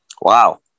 Wow